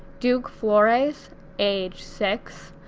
duke flores age six,